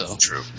True